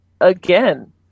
again